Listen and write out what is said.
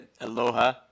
Aloha